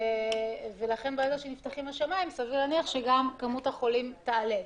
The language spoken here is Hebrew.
ברגע שיפתחו השמיים סביר להניח שגם כמות החולים תעלה.